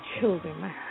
children